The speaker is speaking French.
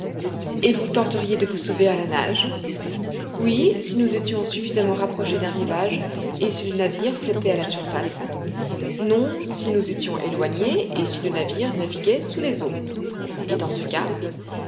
et vous tenteriez de vous sauver à la nage oui si nous étions suffisamment rapprochés d'un rivage et si le navire flottait à la surface non si nous étions éloignés et si le navire naviguait sous les eaux et dans ce cas